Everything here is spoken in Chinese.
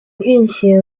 运行